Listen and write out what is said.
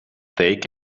take